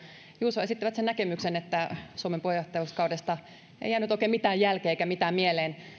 juuso esitti sen näkemyksen että suomen puheenjohtajuuskaudesta ei jäänyt oikein mitään jälkiä eikä mitään mieleen